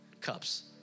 cups